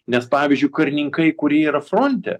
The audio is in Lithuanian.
nes pavyzdžiui karininkai kurie yra fronte